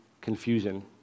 confusion